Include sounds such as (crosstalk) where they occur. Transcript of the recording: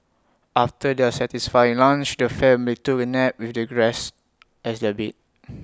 after their satisfying lunch the family took A nap with the grass as their bed (noise)